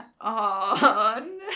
on